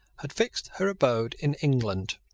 had fixed her abode in england.